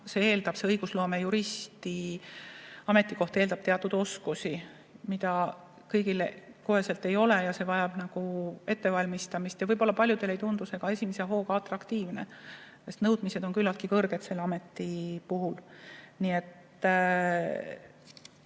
et õigusloomejuristi ametikoht eeldab teatud oskusi, mida kõigil kohe ei ole, see vajab ettevalmistamist. Võib-olla paljudele ei tundu see ka esimese hooga atraktiivne, sest nõudmised on küllaltki kõrged selle ameti puhul. Nii et